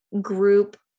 group